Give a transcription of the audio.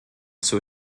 zur